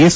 S